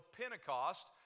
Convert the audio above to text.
Pentecost